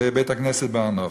בבית-הכנסת בהר-נוף.